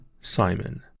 Simon